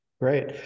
Great